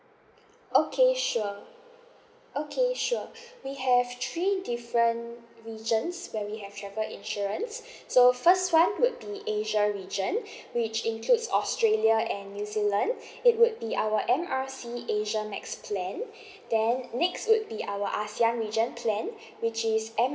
okay sure okay sure we have three different regions where we have travel insurance so first one would be asia region which includes australia and new zealand it would be our M R C asian max plan then next would be our ASEAN region plan which is M